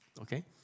okay